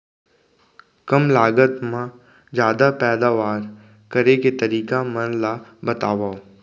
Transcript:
कम लागत मा जादा पैदावार करे के तरीका मन ला बतावव?